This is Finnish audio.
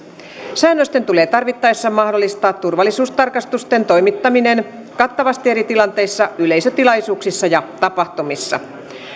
säännösten tulee tarvittaessa mahdollistaa turvallisuustarkastusten toimittaminen kattavasti eri tilanteissa yleisötilaisuuksissa ja tapahtumissa